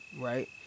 right